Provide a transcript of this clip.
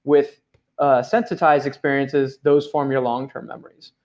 with ah sensitized experiences, those form your long term memories.